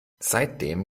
seitdem